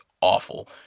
awful